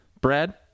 Brad